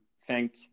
thank